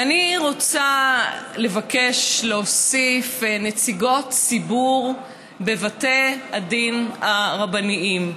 ואני רוצה לבקש להוסיף נציגות ציבור בבתי הדין הרבניים,